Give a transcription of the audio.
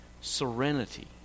serenity